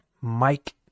Mike